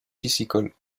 piscicole